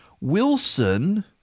Wilson